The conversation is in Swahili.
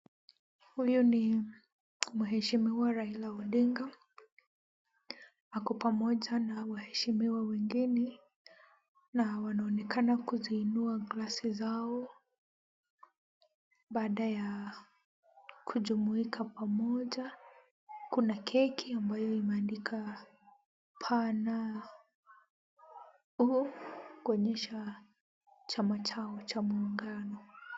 Huyu ni mheshimiwa Raila Odinga ako pamoja na waheshimiwa wengine na wanaonekana kuziinua klasi zao baada ya kujumuika pamoja. Kuna keki ambaye imeandika PNU kuonyesha chama Chao cha muungano.